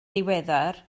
ddiweddar